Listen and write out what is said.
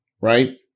Right